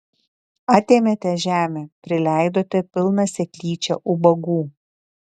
atėmėte žemę prileidote pilną seklyčią ubagų